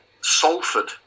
Salford